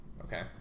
Okay